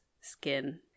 skin